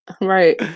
Right